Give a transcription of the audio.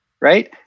right